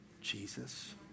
Jesus